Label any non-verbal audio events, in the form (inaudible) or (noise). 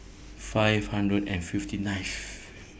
(noise) five hundred and fifty ninth